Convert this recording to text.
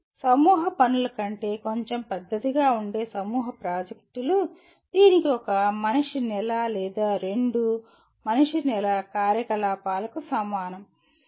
సమూహ పనుల కంటే కొంచెం పెద్దదిగా ఉండే సమూహ ప్రాజెక్టులు దీనికి ఒక మనిషి నెల లేదా రెండు మనిషి నెల కార్యకలాపాలకు సమానం అవసరం